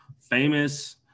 famous